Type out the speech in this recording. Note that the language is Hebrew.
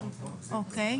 אוקיי.